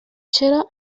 چرا